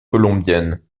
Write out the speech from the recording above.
colombiennes